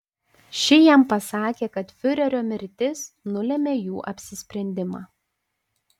ši jam pasakė kad fiurerio mirtis nulėmė jų apsisprendimą